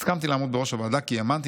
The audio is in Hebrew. הסכמתי לעמוד בראש הוועדה כי האמנתי,